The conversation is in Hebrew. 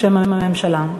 בשם הממשלה.